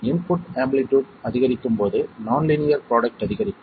input amplitude அதிகரிக்கும் போது நான் லீனியர் ப்ரோடக்ட் அதிகரிக்கும்